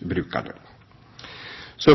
brukerne. Så